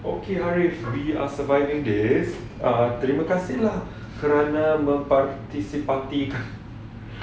okay harris we are surviving this err terima kasih lah kerana